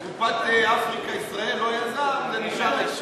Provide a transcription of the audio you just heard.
וקופת "אפריקה ישראל" זה נשאר איפשהו.